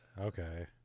Okay